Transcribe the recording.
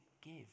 give